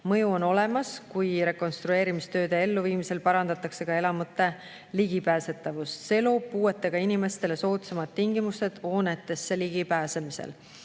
Mõju on olemas, kui rekonstrueerimistööde elluviimisel parandatakse ka elamute ligipääsetavust. See loob puudega inimestele soodsamad tingimused hoonetesse ligipääsemisel.